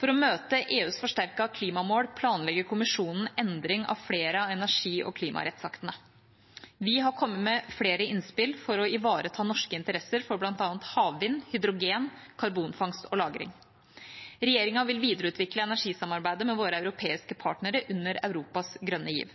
For å møte EUs forsterkede klimamål planlegger Kommisjonen endring av flere av energi- og klimarettsaktene. Vi har kommet med flere innspill for å ivareta norske interesser for bl.a. havvind, hydrogen og karbonfangst og -lagring. Regjeringa vil videreutvikle energisamarbeidet med våre europeiske partnere under Europas grønne giv.